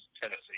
Tennessee